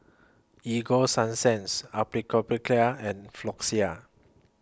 Ego Sunsense Atopiclair and Floxia